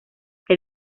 que